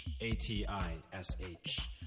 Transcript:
A-T-I-S-H